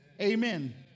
Amen